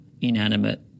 inanimate